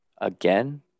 again